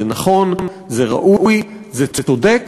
זה נכון, זה ראוי, זה צודק,